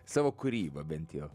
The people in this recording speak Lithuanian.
savo kūryba bent jo